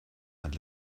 hat